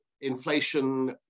inflation